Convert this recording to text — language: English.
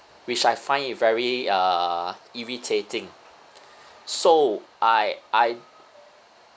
which I find it very uh irritating so I I